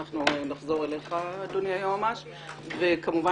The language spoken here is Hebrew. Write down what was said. להופיע אצלי גם לפני כשבועיים בדיון